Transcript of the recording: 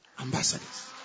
ambassadors